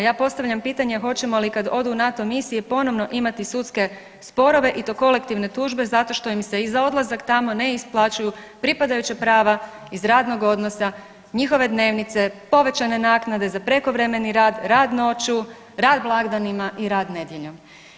a ja postavljam pitanje hoćemo li kad odu u NATO misije ponovo imati sudske sporove i to kolektivne tužbe zato što im se i za odlazak tamo ne isplaćuju pripadajuća prava iz radnog odnosa, njihove dnevnice, povećane naknade za prekovremene rad, rad noću, rad blagdanima i rad nedjeljom.